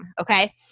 okay